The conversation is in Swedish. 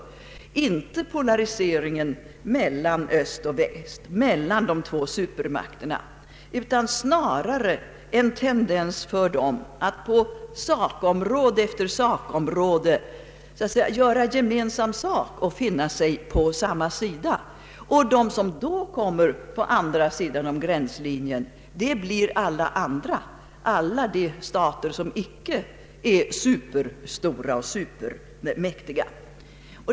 Det är inte polariseringen mellan Öst och Väst, mellan de två supermakterna, utan snarare en tendens för dem att på område efter område göra gemensam sak och stå på samma sida. De som då kommer på andra sidan om gränslinjen blir alla de stater som icke är superstora och supermäktiga.